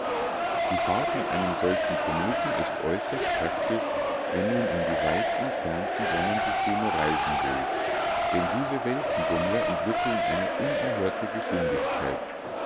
die fahrt mit einem solchen kometen ist äußerst praktisch wenn man in die weit entfernten sonnensysteme reisen will denn diese weltenbummler entwickeln eine unerhörte geschwindigkeit